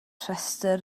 rhestr